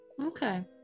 Okay